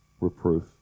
reproof